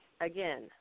again